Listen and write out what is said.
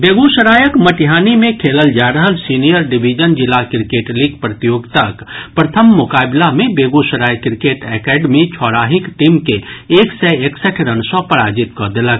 बेगूसरायक मटिहानी मे खेलल जा रहल सीनियर डिविजन जिला क्रिकेट लीग प्रतियोगिताक प्रथम मोकाबिला मे बेगूसराय क्रिकेट एकेडमी छौड़ाहीक टीम के एक सय एकसठि रन सँ पराजित कऽ देलक